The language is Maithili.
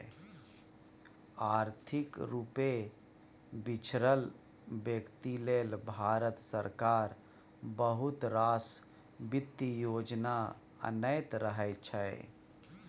आर्थिक रुपे पिछरल बेकती लेल भारत सरकार बहुत रास बित्तीय योजना अनैत रहै छै